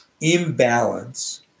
imbalance